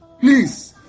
Please